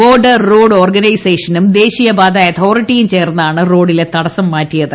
border road ഓർഗനൈസേഷനും ദേശീയപാത അതോറിട്ടിയും ചേർന്നാണ് റോഡിലെ തടസ്സം മാറ്റിയത്